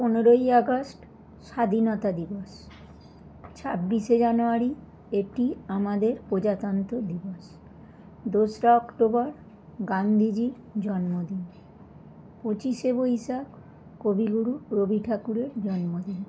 পনেরোই আগস্ট স্বাধীনতা দিবস ছাব্বিশে জানুয়ারি এটি আমাদের প্রজাতন্ত দিবস দোসরা অক্টোবর গান্ধিজির জন্মদিন পঁচিশে বৈশাখ কবিগুরু রবি ঠাকুরের জন্মদিন